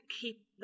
keep